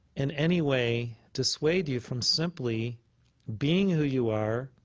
in any way dissuade you from simply being who you are,